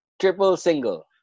triple-single